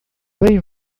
bem